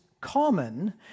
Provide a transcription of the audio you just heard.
common